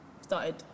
started